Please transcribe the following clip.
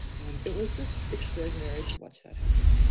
and it was just extraordinary to watch that happen.